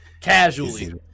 Casually